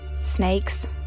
Snakes